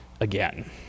again